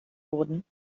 wurden